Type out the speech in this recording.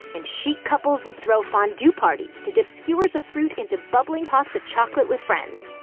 and chic couples would throw fondue parties to dip skewers of fruit into bubbling pots of chocolate with friends.